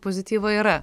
pozityvo yra